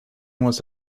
was